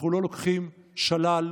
אנחנו לא לוקחים שלל,